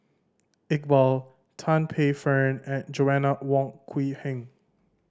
Iqbal Tan Paey Fern and Joanna Wong Quee Heng